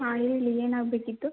ಹಾಂ ಹೇಳಿ ಏನಾಗಬೇಕಿತ್ತು